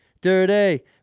dirty